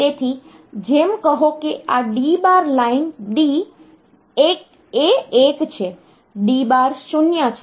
તેથી જેમ કહો કે આ D બાર લાઇન D એ 1 છે D બાર 0 છે